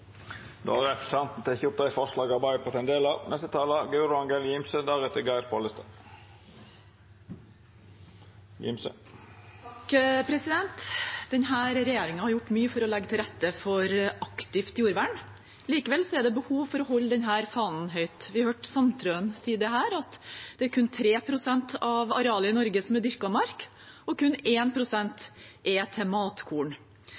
Representanten Nils Kristen Sandtrøen har teke opp dei forslaga han refererte til. Denne regjeringen har gjort mye for å legge til rette for aktivt jordvern. Likevel er det behov for å holde denne fanen høyt. Vi hørte representanten Sandtrøen si her at kun 3 pst. av arealet i Norge er dyrket mark, og kun 1 pst. er til matkorn.